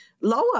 lower